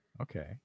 Okay